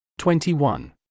21